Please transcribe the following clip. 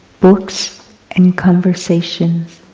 books and conversations.